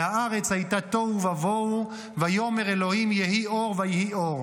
והארץ היתה תהו ובהו --- ויאמר ה' יהי אור ויהי אור".